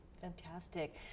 Fantastic